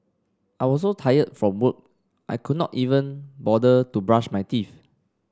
I was so tired from work I could not even bother to brush my teeth